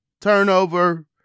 turnover